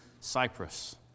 Cyprus